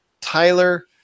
Tyler